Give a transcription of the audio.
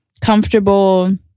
comfortable